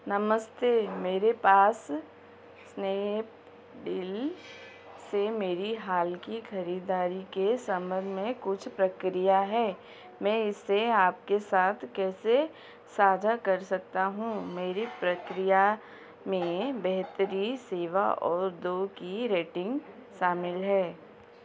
नमस्ते मेरे पास स्नैपडील से मेरी हाल की खरीदारी के सम्बन्ध में कुछ प्रक्रिया है मैं इसे आपके साथ कैसे साझा कर सकता हूँ मेरी प्रक्रिया में बेहतरीन सेवा और दो की रेटिन्ग शामिल है